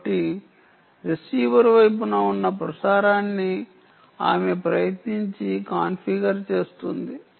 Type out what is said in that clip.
కాబట్టి రిసీవర్ వైపున ఉన్న ప్రసారాన్ని ఆమె ప్రయత్నించి కాన్ఫిగర్ చేస్తుంది